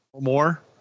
more